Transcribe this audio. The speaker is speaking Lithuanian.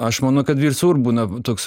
aš manau kad visur būna toks